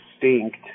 distinct